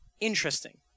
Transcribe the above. interesting